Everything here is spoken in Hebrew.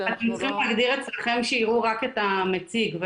הוא בעצם חלק שהמטרה כל הזמן למנוע את צמצום ההתרבות